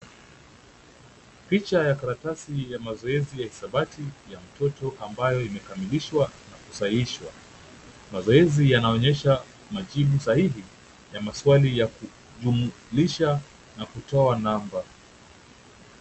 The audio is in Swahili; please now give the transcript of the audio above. Picha ya karatasi ya mazoezi ya hisabati ya mtoto ambayo imekamilishwa kusahihishwa. Mazoezi yanaonyesha majibu sahihi ya maswali yakujumilisha na kutoa namba.